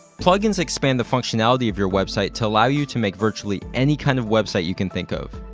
plugins expand the functionality of your website to allow you to make virtually any kind of website you can think of.